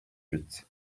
huit